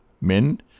men